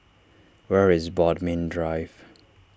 where is Bodmin Drive